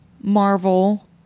Marvel